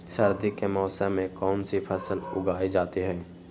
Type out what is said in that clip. सर्दी के मौसम में कौन सी फसल उगाई जाती है?